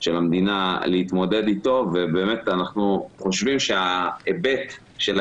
של המדינה להתמודד אתו ואנחנו באמת חושבים שההיבט של הקהילה,